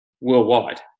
worldwide